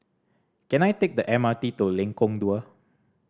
can I take the M R T to Lengkong Dua